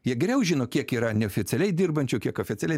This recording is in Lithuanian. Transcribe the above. jie geriau žino kiek yra neoficialiai dirbančių kiek oficialiai